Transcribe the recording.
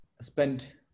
spent